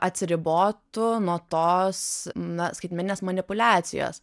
atsiribotų nuo tos na skaitmeninės manipuliacijos